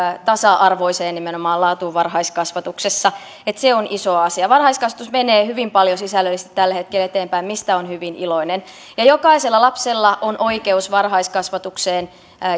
tasa arvoiseen laatuun varhaiskasvatuksessa se on iso asia varhaiskasvatus menee hyvin paljon sisällöllisesti tällä hetkellä eteenpäin mistä olen hyvin iloinen jokaisella lapsella on oikeus varhaiskasvatukseen